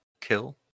kill